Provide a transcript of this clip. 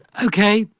okay,